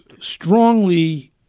strongly